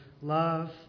love